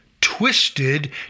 twisted